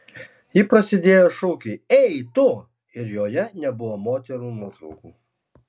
ji prasidėjo šūkiu ei tu ir joje nebuvo moterų nuotraukų